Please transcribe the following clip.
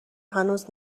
هنوز